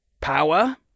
power